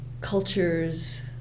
cultures